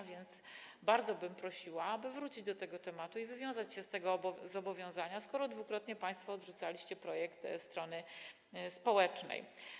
A więc bardzo bym prosiła, aby wrócić do tego tematu i wywiązać się z tego zobowiązania, skoro dwukrotnie państwo odrzucaliście projekt strony społecznej.